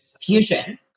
fusion